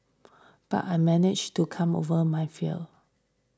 but I managed to come over my fear